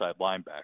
linebacker